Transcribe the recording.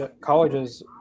colleges